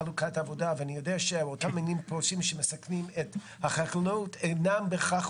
בהחלט לשמש אותם בהכנה של הדיווחים.